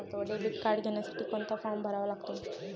Debit card घेण्यासाठी कोणता form भरावा लागतो?